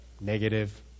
negative